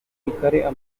umuranga